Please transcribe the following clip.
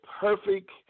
perfect